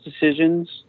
decisions